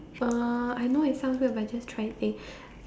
uh I know it sounds weird but I just try it say